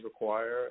require